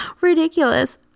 ridiculous